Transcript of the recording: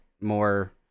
more